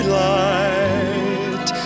light